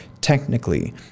technically